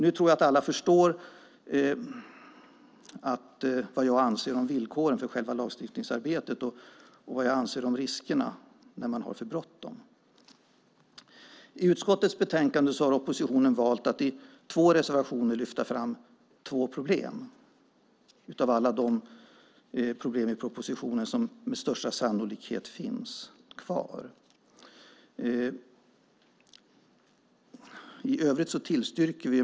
Nu tror jag att alla förstår vad jag anser om villkoren för själva lagstiftningsarbetet och vad jag anser om riskerna när man har för bråttom. I utskottets betänkande har oppositionen valt att i två reservationer lyfta fram två problem av alla de problem i propositionen som med största sannolikhet finns kvar. I övrigt tillstyrker vi.